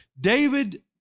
David